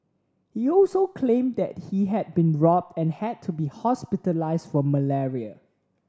he also claimed that he had been robbed and had to be hospitalised for malaria